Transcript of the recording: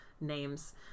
names